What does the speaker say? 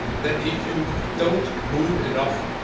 that if you don't move enough,